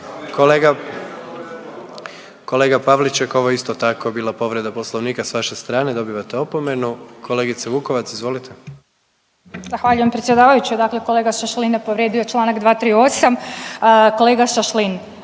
kolega Pavliček, ovo je isto tako bila povreda Poslovnika s vaše strane, dobivate opomenu. Kolegice Vukovac, izvolite. **Vukovac, Ružica (Nezavisni)** Zahvaljujem predsjedavajući, dakle kolega Šašlin je povrijedio čl. 238. Kolega Šašlin,